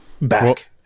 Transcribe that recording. back